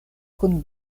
kun